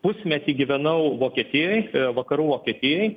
pusmetį gyvenau vokietijoj vakarų vokietijoj